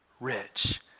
rich